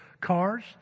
cars